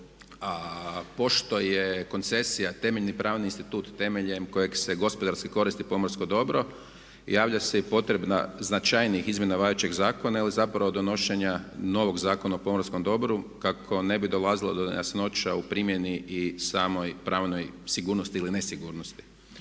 A pošto je koncesija temeljni pravni institut temeljem kojeg se gospodarski koristi pomorsko dobro javlja se i potreba značajnih izmjena važećeg zakona ili zapravo donošenja novog Zakona o pomorskom dobru kako ne bi dolazilo do nejasnoća u primjeni i samoj pravnoj sigurnosti ili nesigurnosti.